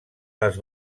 les